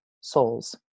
soul's